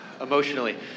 emotionally